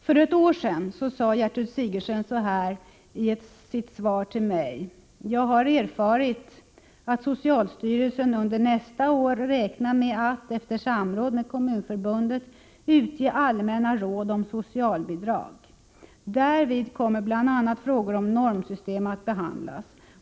För ett år sedan sade Gertrud Sigurdsen så här i ett interpellationssvar till mig: ”Jag har erfarit att socialstyrelsen under nästa år räknar med att — efter samråd med Kommunförbundet — utge allmänna råd om socialbidrag. Därvid kommer bl.a. frågor om normsystem att behandlas.